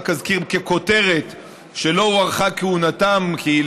רק אזכיר ככותרת שלא הוארכה כהונתם כי,